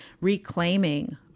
reclaiming